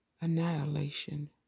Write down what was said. annihilation